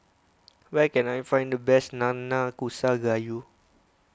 where can I find the best Nanakusa Gayu